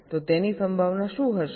તો તેની સંભાવના શું હશે